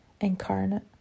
incarnate